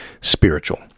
spiritual